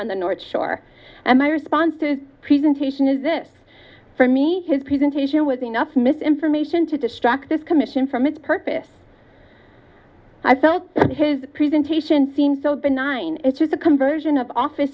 on the north shore and my response to presentation is this for me his presentation was enough misinformation to distract this commission from its purpose i felt his presentation seemed so benign it's just a conversion of office